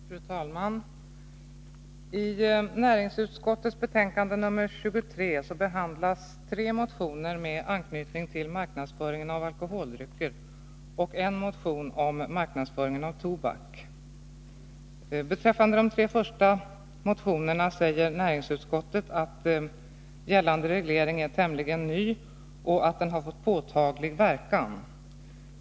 Fru talman! I näringsutskottets betänkande nr 23 behandlas tre motioner med anknytning till marknadsföringen av alkoholdrycker och en motion om marknadsföringen av tobak. Beträffande de tre första motionerna säger näringsutskottet att gällande reglering är tämligen ny och att den har fått påtaglig verkan.